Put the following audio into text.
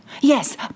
Yes